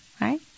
Right